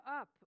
up